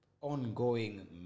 ongoing